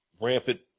rampant